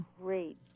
great